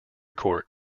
court